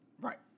Right